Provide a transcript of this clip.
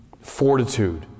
fortitude